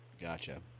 Gotcha